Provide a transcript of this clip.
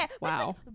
Wow